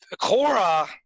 Cora